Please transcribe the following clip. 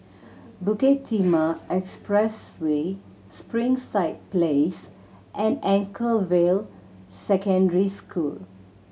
Bukit Timah Expressway Springside Place and Anchorvale Secondary School